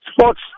Sports